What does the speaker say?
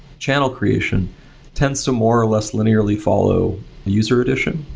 channel creation tends to more or less linearly follow user addition.